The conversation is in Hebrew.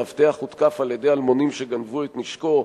מאבטח הותקף על-ידי אלמונים שגנבו את נשקו,